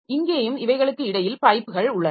இங்கேயும் இவைகளுக்கு இடையில் பைப்கள் உள்ளன